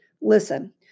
Listen